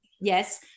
yes